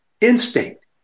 instinct